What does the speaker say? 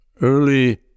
early